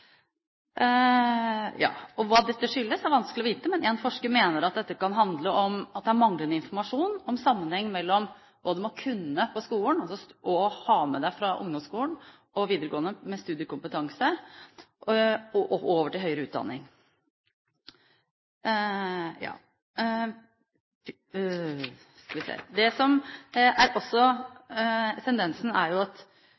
Hva dette skyldes, er vanskelig å vite, men en forsker mener at dette kan handle om manglende informasjon om sammenhengen mellom hva man må kunne på skolen, og hva man må ha med seg fra ungdomsskolen og videregående av studiekompetanse over til høyere utdanning. Det som også er tendensen, er at det er mange flere kvinner enn menn som